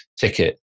ticket